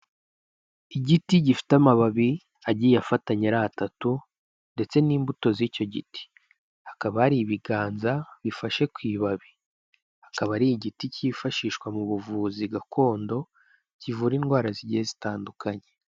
Igiti gifite amababi agiye afatanya ari atatu ndetse n'imbuto z'icyo giti, hakaba hari ibiganza bifashe ku ibabikaba akaba ari igiti cyifashishwa mu buvuzi gakondo kivura indwara zigiye zitandukanye.